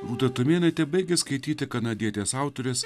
rūta tumėnaitė baigė skaityti kanadietės autorės